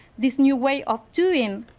this new way of doing,